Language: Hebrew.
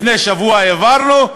לפני שבוע העברנו,